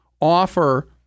offer